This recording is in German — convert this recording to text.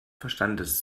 verstandes